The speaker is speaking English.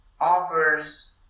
offers